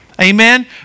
Amen